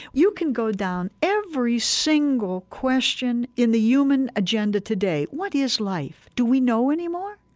you can go down every single question in the human agenda today what is life? do we know anymore?